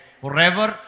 forever